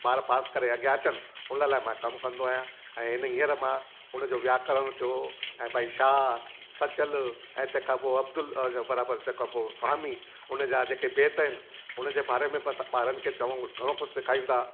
ॿार पास करे अॻियां अचनि हुन लाइ मां कम कंदो आहियां ऐं हीअंर मां हुनजो व्याकरण थियो ऐं भाई शाह सचल ऐं तंहिंखा पोइ अबदूल बराबरि तंहिंखां पोइ सामी हुनजा जेके बैत आहिनि हुनजे बारे में बसि ॿारनि खे चङो घणो कुझु सेखारींदा